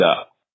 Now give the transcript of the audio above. up